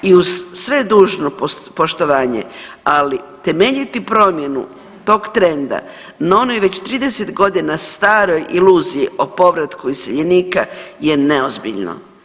I uz sve dužno poštovanje ali temeljiti promjenu tog trenda na onoj već 30 godina staroj iluziji o povratku iseljenika je neozbiljno.